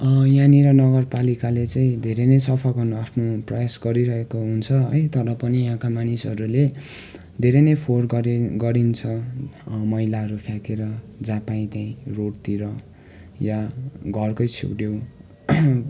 यहाँनिर नगरपालिकाले चाहिँ धेरै नै सफा गर्न आफ्नो प्रयास गरिरहेको हुन्छ है तर पनि यहाँका मानिसहरूले धेरै नै फोहोर गर्ने गरिन्छ मैलाहरू फ्याँकेर जहाँ पायो त्यहीँ रोडतिर या घरकै छेउछेउ